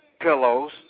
pillows